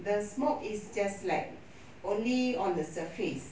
the smoke is just like only on the surface